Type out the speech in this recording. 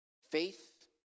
Faith